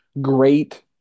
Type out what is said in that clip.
great